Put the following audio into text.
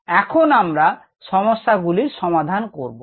এখন আমরা সমস্যাগুলির সমাধান করব